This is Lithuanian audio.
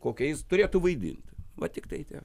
kokią jis turėtų vaidinti va tiktai tiek